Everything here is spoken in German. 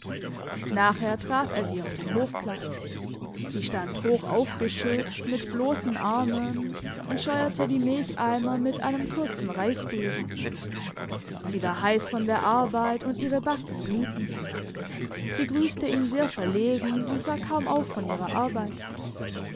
nachher traf er sie auf dem hofplatz sie stand hochaufgeschürzt mit blossen armen und scheuerte die milcheimer mit einem kurzen reisbesen sie war heiss von der arbeit und ihre backen glühten sie grüsste ihn sehr verlegen und sah kaum auf von ihrer arbeit